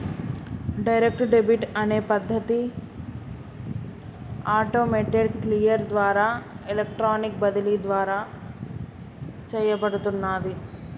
direct debit అనే పద్ధతి automated clear ద్వారా ఎలక్ట్రానిక్ బదిలీ ద్వారా చేయబడుతున్నాది